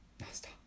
Nasta